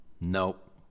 Nope